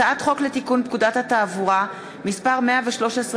הצעת חוק לתיקון פקודת התעבורה (מס' 113)